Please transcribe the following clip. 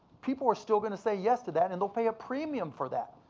people are still gonna say yes to that and they'll pay a premium for that.